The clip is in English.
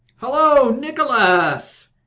hallo, nicholas!